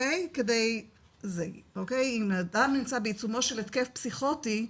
אם אדם נמצא בעיצומו של התקף פסיכוטי,